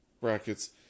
brackets